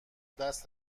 دست